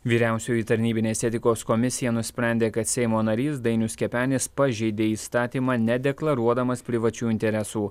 vyriausioji tarnybinės etikos komisija nusprendė kad seimo narys dainius kepenis pažeidė įstatymą nedeklaruodamas privačių interesų